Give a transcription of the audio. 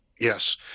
yes